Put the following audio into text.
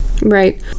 Right